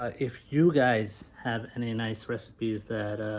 ah if you guys have any nice recipes that